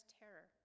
terror